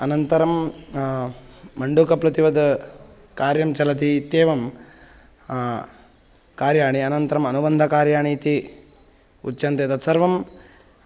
अनन्तरं मण्डूकप्लुतिवद् कार्यं चलति इत्येवं कार्याणि अनन्तरम् अनुबन्धकार्याणि इति उच्यन्ते तत्सर्वं